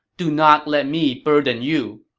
do not let me burden you.